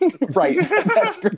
Right